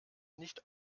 nicht